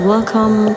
Welcome